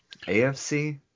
AFC